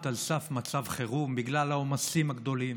על סף מצב חירום בגלל העומסים הגדולים,